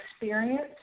experience